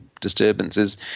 disturbances